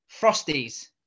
frosties